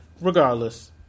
Regardless